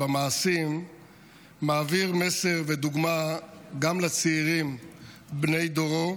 במעשים מעבירה מסר ודוגמה גם לצעירים בני דורו,